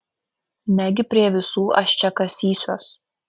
negi prie visų aš čia kasysiuos